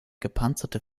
gepanzerte